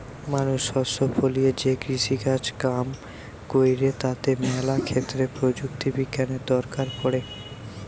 মানুষ শস্য ফলিয়ে যে কৃষিকাজ কাম কইরে তাতে ম্যালা ক্ষেত্রে প্রযুক্তি বিজ্ঞানের দরকার পড়ে